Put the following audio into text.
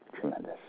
Tremendous